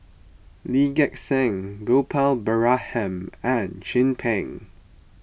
Lee Gek Seng Gopal Baratham and Chin Peng